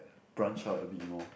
branch out a bit more